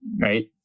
Right